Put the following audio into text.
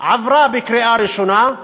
היא עברה בקריאה ראשונה,